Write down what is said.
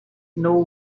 know